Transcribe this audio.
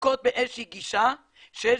אז אני מפנה לסמנכ"ל שירות